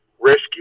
Rescue